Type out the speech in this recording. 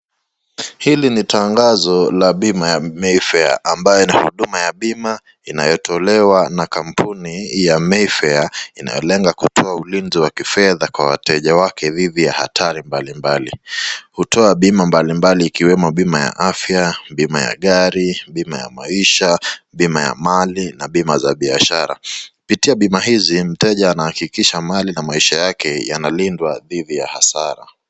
Hili ni tangazo la bima ya Mayfair ambayo ni huduma ya bima inayotolewa na kampuni ya Mayfair inayolenga kutoa ulinzi wa kifedha kwa wateja wake dhidi ya hatari mbali mbali. Hutoa bima mbali mbali ikiwemo bima ya afya, bima ya gari, bima ya maisha, bima ya mali na bima za biashara. Kupitia bima hizi mteja anahakikisha mali na maisha yake yanalindwa dhidi ya hasara.